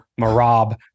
Marab